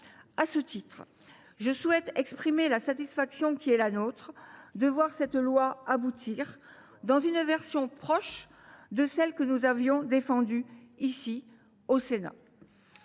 À ce titre, je souhaite exprimer la satisfaction qui est la nôtre de voir cette loi aboutir, dans une version proche de celle que nous avions défendue ici, au Sénat.